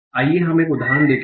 आइए हम एक उदाहरण देखें